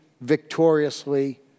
victoriously